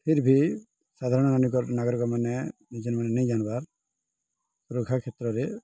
ଫିର୍ଭି ସାଧାରଣ ଅନେକ ନାଗରିକ ମାନେ ନିଜେ ମାନେ ନାଇଁ ଯାର୍ବାର୍ ସୁରକ୍ଷା କ୍ଷେତ୍ରରେ